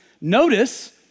Notice